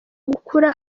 gukura